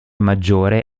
maggiore